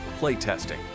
playtesting